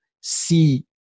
see